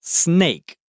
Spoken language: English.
snake